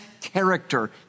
character